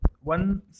One